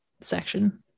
section